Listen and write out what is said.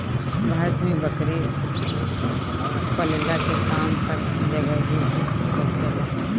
भारत में बकरी पलला के काम हर जगही होखेला